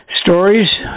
stories